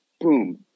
boom